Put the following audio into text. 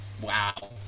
Wow